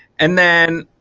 and then